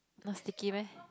not sticky meh